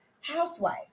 housewife